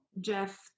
Jeff